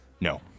No